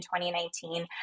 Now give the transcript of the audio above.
2019